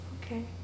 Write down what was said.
Okay